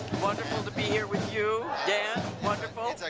wonderful to be here with you, dan, wonderful.